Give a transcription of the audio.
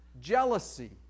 jealousy